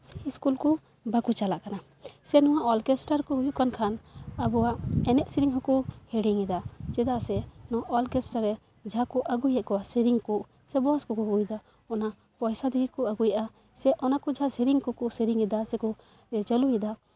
school ᱠᱚ ᱵᱟᱹᱠᱩ ᱪᱟᱞᱟᱜ ᱠᱟᱱᱟ ᱥᱮ ᱱᱚᱣᱟ ᱚᱨᱠᱮᱥᱴᱟᱨ ᱠᱚ ᱦᱩᱭᱩᱜ ᱠᱟᱱ ᱠᱷᱟᱱ ᱟᱵᱚᱣᱟᱜ ᱮᱱᱮᱡ ᱥᱮᱨᱮᱧ ᱦᱚᱸᱠᱚ ᱦᱤᱲᱤᱧ ᱮᱫᱟ ᱪᱮᱫᱟᱜ ᱥᱮ ᱱᱚᱣᱟ ᱚᱨᱠᱮᱥᱴᱟᱨ ᱨᱮ ᱡᱟᱦᱟᱸ ᱠᱚ ᱟᱹᱜᱩᱭᱮᱜ ᱠᱚᱣᱟ ᱥᱮᱨᱮᱧ ᱠᱚ ᱥᱮ ᱵᱚᱠᱥ ᱠᱚᱠᱚ ᱟᱹᱜᱩᱭᱮᱫᱟ ᱚᱱᱟ ᱯᱚᱭᱥᱟ ᱫᱤᱭᱮ ᱠᱚ ᱟᱹᱜᱩᱭᱮᱜᱼᱟ ᱥᱮ ᱚᱱᱟᱠᱚ ᱡᱟᱦᱟᱸ ᱥᱮᱨᱮᱧ ᱠᱚᱠᱚ ᱥᱮᱨᱮᱧ ᱮᱫᱟ ᱥᱮᱠᱚ ᱪᱟᱹᱞᱩᱭᱮᱫᱟ